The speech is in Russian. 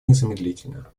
незамедлительно